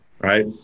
right